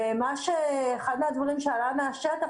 אחד מהדברים שעלו מהשטח,